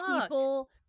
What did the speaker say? people